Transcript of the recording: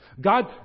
God